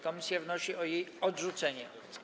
Komisja wnosi o jej odrzucenie.